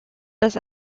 das